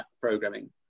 programming